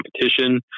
competition